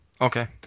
Okay